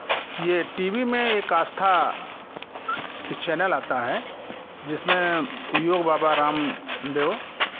ये TV में एक आस्था चैनल आता है जिसमें योग बाबा रामदेव